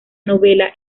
novela